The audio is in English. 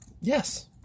Yes